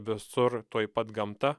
visur tuoj pat gamta